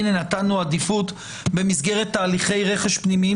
הנה נתנו עדיפות במסגרת הליכי רכז פנימיים,